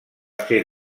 ser